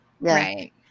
Right